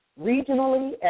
regionally